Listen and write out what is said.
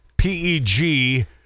PEG